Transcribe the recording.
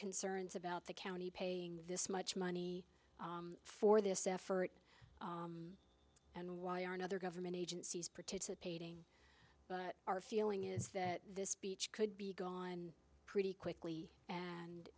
concerns about the county paying this much money for this effort and why aren't other government agencies participating our feeling is that this beach could be gone pretty quickly and